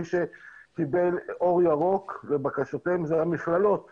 מי שקיבלו אור ירוק לבקשותיהן זה המכללות